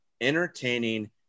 entertaining